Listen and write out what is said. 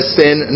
sin